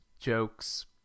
jokes